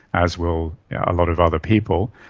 as will a lot of other people.